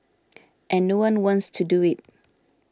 and no one wants to do it